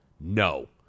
no